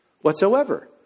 Whatsoever